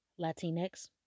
Latinx